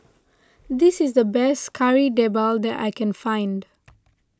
this is the best Kari Debal that I can find